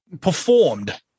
performed